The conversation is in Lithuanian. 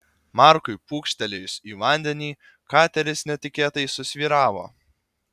markui pūkštelėjus į vandenį kateris netikėtai susvyravo